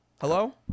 Hello